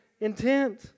intent